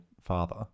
father